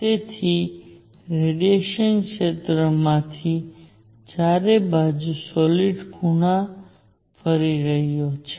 તેથી આ રેડીએશન ક્ષેત્રમાંથી ચારે બાજુ સોલીડ ખૂણામાં ફરી રહ્યો છે